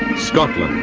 scotland.